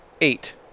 eight